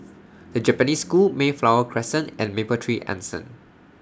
The Japanese School Mayflower Crescent and Mapletree Anson